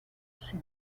sud